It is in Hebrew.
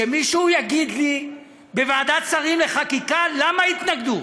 שמישהו יגיד לי, בוועדת שרים לחקיקה למה התנגדו?